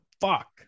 fuck